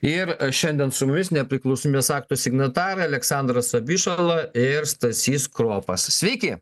ir šiandien su mumis nepriklausomybės akto signatarai aleksandras abišala ir stasys kropas sveiki